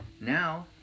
Now